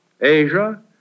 Asia